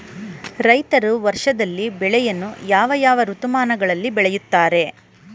ರೈತರು ವರ್ಷದಲ್ಲಿ ಬೆಳೆಯನ್ನು ಯಾವ ಯಾವ ಋತುಮಾನಗಳಲ್ಲಿ ಬೆಳೆಯುತ್ತಾರೆ?